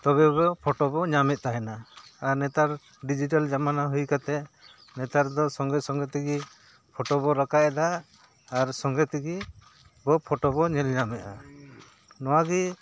ᱛᱚᱵᱮ ᱫᱚ ᱯᱷᱳᱴᱳ ᱵᱚ ᱧᱟᱢᱮᱫ ᱛᱟᱦᱮᱱᱟ ᱟᱨ ᱱᱮᱛᱟᱨ ᱰᱤᱡᱤᱴᱮᱞ ᱡᱟᱢᱟᱱᱟ ᱦᱩᱭ ᱠᱟᱛᱮ ᱱᱮᱛᱟᱨ ᱫᱚ ᱥᱚᱸᱜᱮ ᱥᱚᱸᱜᱮ ᱛᱮᱜᱮ ᱯᱷᱳᱴᱳ ᱵᱚ ᱨᱟᱠᱟᱵ ᱮᱫᱟ ᱟᱨ ᱥᱚᱸᱜᱮ ᱛᱮᱜᱮ ᱵᱚ ᱯᱷᱳᱴᱳ ᱵᱚᱱ ᱧᱮᱞ ᱧᱟᱢᱮᱜᱼᱟ ᱱᱚᱣᱟᱜᱮ